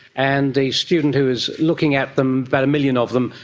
and the student who is looking at them, about a million of them,